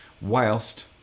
Whilst